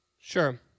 Sure